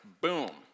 Boom